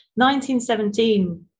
1917